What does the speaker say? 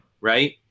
Right